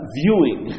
viewing